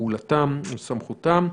פעולתם וסמכותם.